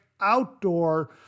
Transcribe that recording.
outdoor